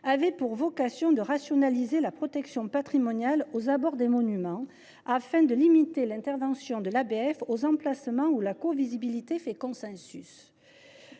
avaient pour vocation de rationaliser la protection patrimoniale aux abords des monuments, afin de limiter l’intervention des ABF aux emplacements où la covisibilité fait consensus.